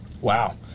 Wow